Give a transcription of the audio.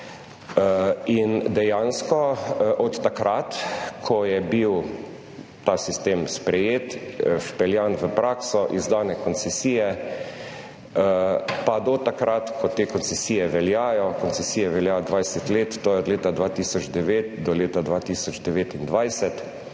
In dejansko od takrat, ko je bil ta sistem sprejet, vpeljan v prakso, izdane koncesije, pa do takrat, ko te koncesije veljajo, koncesija velja 20 let, to je od leta 2009 do leta 2029.